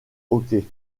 hockey